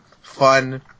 fun